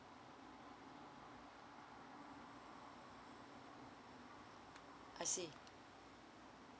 I see